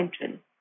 central